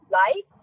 light